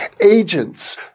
agents